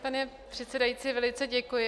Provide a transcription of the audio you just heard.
Pane předsedající, velice děkuji.